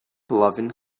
loving